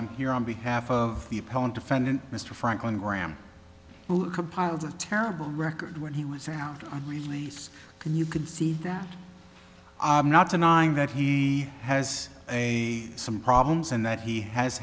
i'm here on behalf of the appellant defendant mr franklin graham who compiled a terrible record when he was out on release and you can see that i'm not denying that he has a some problems and that he has